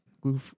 glue